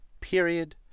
Period